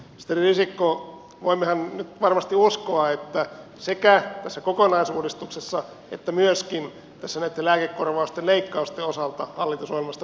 ministeri risikko voimmehan nyt varmasti uskoa että sekä tässä kokonaisuudistuksessa että myöskin näitten lääkekorvausten leikkausten osalta hallitusohjelmasta pidetään kiinni